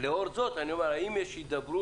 לאור זאת, אני אומר: האם יש הידברות?